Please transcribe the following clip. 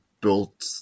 built